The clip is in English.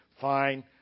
Fine